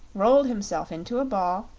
rolled himself into a ball,